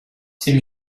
c’est